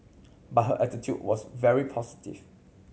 but her attitude was very positive